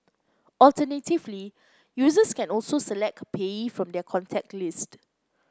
alternatively users can also select a payee from their contact list